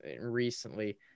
recently –